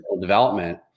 development